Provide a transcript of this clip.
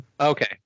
Okay